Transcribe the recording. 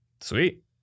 sweet